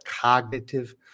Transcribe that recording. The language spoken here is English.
cognitive